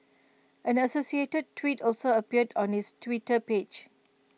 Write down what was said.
an associated tweet also appeared on his Twitter page